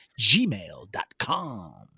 gmail.com